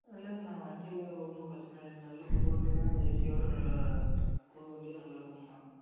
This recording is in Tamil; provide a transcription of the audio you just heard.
இல்லயில்லண்ணா வண்டியில் ஒன்றும் பிரச்சின இல்லைங்க நல்ல புது வண்டியாகதான் ஏசியோடு நல்லா புது வண்டி நல்லாருக்குங்கண்ணா